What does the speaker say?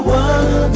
one